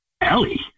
Ellie